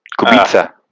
Kubica